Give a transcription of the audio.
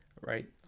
right